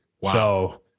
Wow